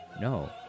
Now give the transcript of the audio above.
No